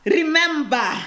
remember